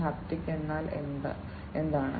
haptic എന്നാൽ എന്താണ്